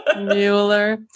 Mueller